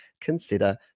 consider